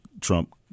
Trump